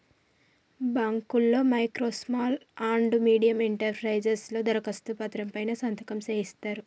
బాంకుల్లో micro small and medium enterprises లలో దరఖాస్తు పత్రం పై సంతకం సేయిత్తరు